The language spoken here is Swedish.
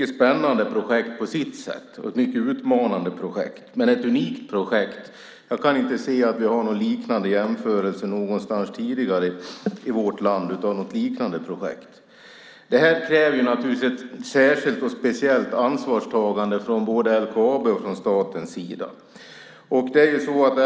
Det är ett mycket spännande och utmanande projekt på sitt sätt och ett unikt projekt. Jag kan inte se att vi har någon jämförelse tidigare i vårt land med något liknande projekt. Det kräver ett särskilt och speciellt ansvarstagande från både LKAB:s och statens sida.